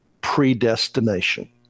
predestination